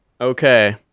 Okay